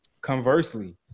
conversely